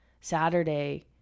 Saturday